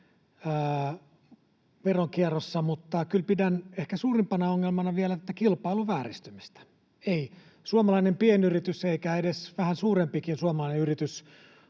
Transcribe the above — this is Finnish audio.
veronkierrossa, mutta kyllä pidän vielä ehkä suurempana ongelmana tätä kilpailun vääristymistä. Ei suomalainen pienyritys eikä edes vähän suurempikaan suomalainen yritys